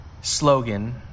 slogan